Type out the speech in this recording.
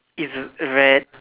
is red